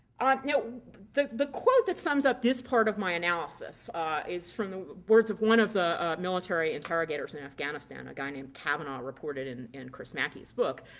ah you know the the quote that sums up this part of my analysis is from the words of one of the military interrogators in afghanistan, a guy named cavanaugh, reported in in chris mackey's book.